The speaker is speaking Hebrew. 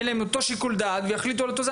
יהיה אותו שיקול דעת ויחליטו אותו הדבר.